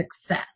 success